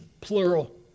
plural